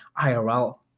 IRL